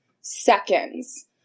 seconds